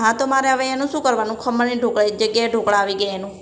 હા તો મારે હવે એનું શું કરવાનું ખમણની ઢોકળી જગ્યાએ ઢોકળા આવી ગયા એનું